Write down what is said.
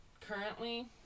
currently